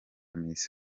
miss